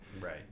Right